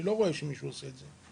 אני לא רואה שמישהו עושה את זה.